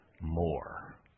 more